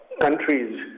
countries